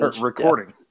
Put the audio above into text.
Recording